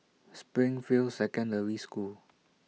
Springfield Secondary School